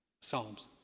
Psalms